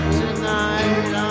tonight